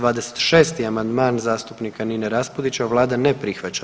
26. amandman zastupnika Nine Raspudića, Vlada ne prihvaća.